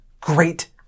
great